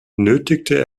benötigte